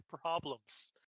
problems